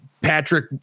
Patrick